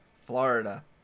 florida